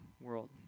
world